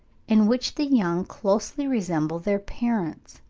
in which the young closely resemble their parents.